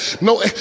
No